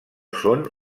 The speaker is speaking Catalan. són